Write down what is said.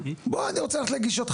בואו, אני רוצה ללכת לגישתכם.